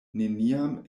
neniam